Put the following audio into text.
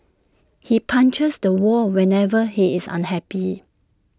he punches the wall whenever he is unhappy